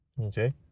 Okay